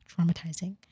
traumatizing